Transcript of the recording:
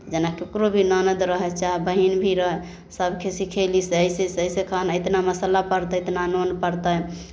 जेना ककरो भी ननदि रहै चाहे बहीन भी रहै सभके सिखयली से अइसे से अइसे खाना से इतना मसाला पड़तै इतना नून पड़तै